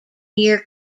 year